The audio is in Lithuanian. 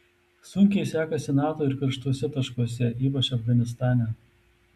sunkiai sekasi nato ir karštuose taškuose ypač afganistane